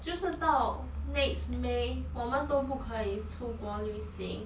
就是到 next may 我们都不可以出国旅行